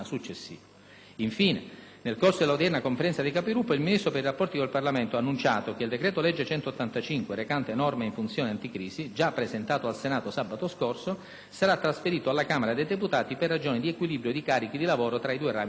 Infine, nel corso della odierna Conferenza dei Capigruppo il Ministro per ì rapporti con il Parlamento ha annunciato che il decreto-legge n. 185, recante norme in funzione anticrisi, già presentato al Senato sabato scorso, sarà trasferito alla Camera dei deputati per ragioni di equilibrio di carichi di lavoro tra i due rami del Parlamento.